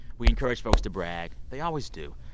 we encourage folks to brag. they always do.